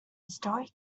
historic